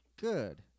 Good